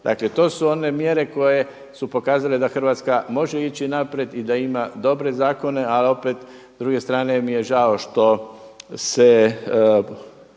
Dakle, to su one mjere koje su pokazale da Hrvatska može ići naprijed i da ima dobre zakone, ali opet s druge strane mi je žao što se